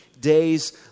days